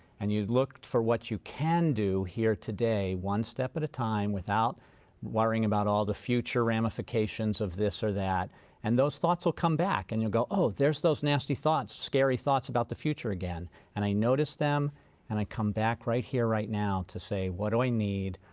and you've looked for what you can do here today one step at a time without worrying about all the future ramifications of this or that and those thoughts will come back and you'll go all there's those nasty thoughts, scary thoughts about the future again and i notice them and i come back right here, right now, to say what do i need,